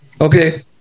Okay